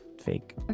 fake